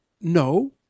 no